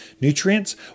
nutrients